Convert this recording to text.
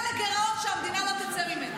זה יכניס את המדינה לגירעון שהמדינה לא תצא ממנו.